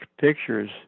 pictures